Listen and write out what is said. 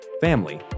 family